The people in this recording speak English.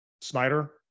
Snyder